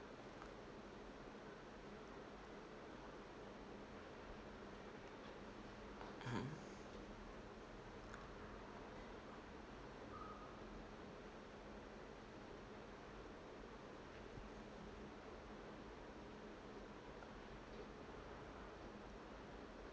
mmhmm